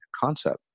concept